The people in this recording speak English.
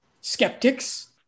skeptics